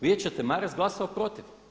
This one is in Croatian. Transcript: Vidjet ćete Maras glasovao protiv.